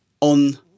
on